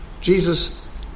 Jesus